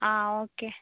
okay